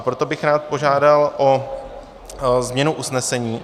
Proto bych rád požádal o změnu usnesení.